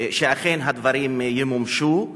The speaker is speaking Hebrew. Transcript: שאכן הדברים ימומשו,